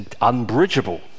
unbridgeable